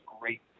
great